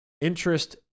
interest